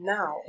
Now